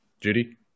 Judy